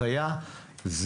החיה היא